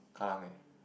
Kallang eh